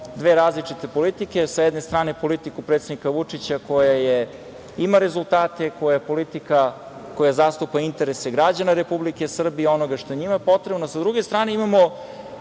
dve različite politike, s jedne strane politiku predsednika Vučića, koja ima rezultate, koja je politika koja zastupa interese građana Republike Srbije, onoga što je njima potrebno, a s druge strane imamo